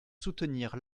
soutenir